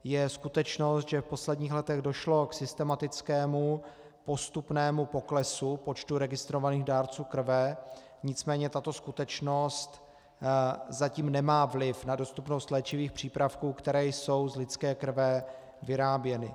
Je skutečnost, že v posledních letech došlo k systematickému postupnému poklesu počtu registrovaných dárců krve, nicméně tato skutečnost zatím nemá vliv na dostupnost léčivých přípravků, které jsou z lidské krve vyráběny.